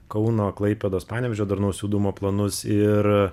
kauno klaipėdos panevėžio darnaus judumo planus ir